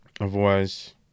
Otherwise